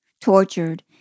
tortured